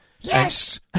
Yes